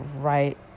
right